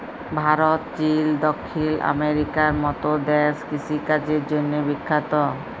Bharat, Chile, দখ্খিল আমেরিকার মত দ্যাশ কিষিকাজের জ্যনহে বিখ্যাত